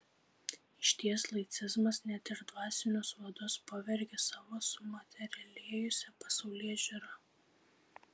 išties laicizmas net ir dvasinius vadus pavergia savo sumaterialėjusia pasaulėžiūra